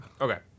Okay